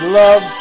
love